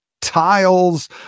tiles